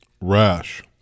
rash